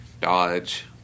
dodge